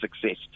success